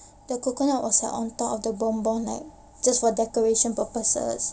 the coconut was uh on top of the bombom just for decoration purposes